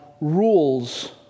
rules